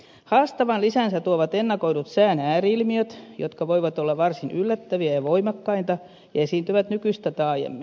haastavan lisänsä tuovat ennakoidut sään ääri ilmiöt jotka voivat olla varsin yllättäviä ja voimakkaita ja esiintyvät nykyistä taajemmin